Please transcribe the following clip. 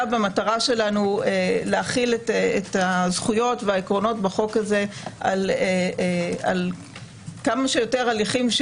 במטרה שלנו להחיל את הזכויות והעקרונות בחוק הזה על כמה שיותר הליכים,